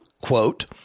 Quote